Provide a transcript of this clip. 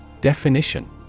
Definition